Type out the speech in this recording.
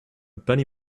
penny